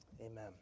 Amen